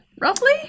roughly